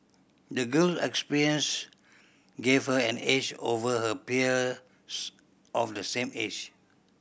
the girl experience gave her an edge over her peers of the same age